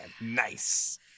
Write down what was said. nice